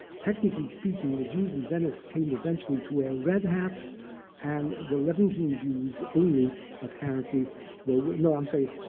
technically speaking, the jews in venice came eventually to wear red hats and the levantine jews only apparently were were no, i'm sorry.